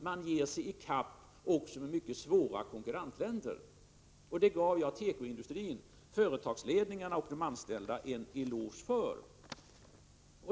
Man ger sig in i en kamp också med mycket svåra konkurrentländer. Detta gav jag tekoindustrin — företagsledningarna och de anställda — en eloge för.